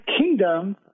Kingdom